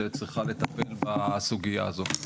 שצריכה לטפל בסוגייה הזאת.